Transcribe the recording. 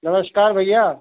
नमस्कार भैया